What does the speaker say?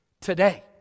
today